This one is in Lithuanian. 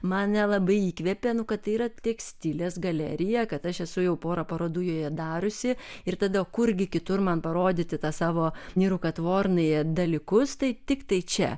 mane labai įkvėpė nu kad tai yra tekstilės galerija kad aš esu jau porą parodų joje dariusi ir tada kurgi kitur man parodyti tą savo nerukatvornyje dalykus tai tiktai čia